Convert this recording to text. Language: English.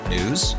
News